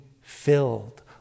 filled